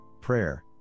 prayer